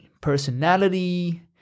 personality